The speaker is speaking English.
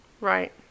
Right